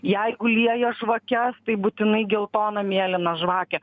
jeigu lieja žvakes tai būtinai geltoną mėlyną žvakę